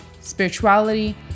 spirituality